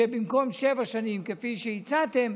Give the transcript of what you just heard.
שבמקום שבע שנים, כפי שהצעתם,